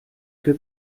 que